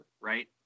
right